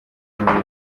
muri